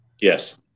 Yes